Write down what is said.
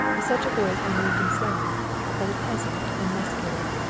such a boy as henri himself but a peasant, and muscular.